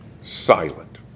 silent